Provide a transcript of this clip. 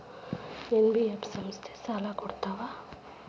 NBF ಸಂಸ್ಥಾ ಸಾಲಾ ಕೊಡ್ತಾವಾ?